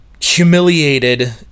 humiliated